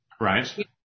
Right